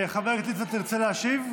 חבר הכנסת ליצמן, תרצה להשיב?